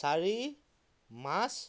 চাৰি মাৰ্চ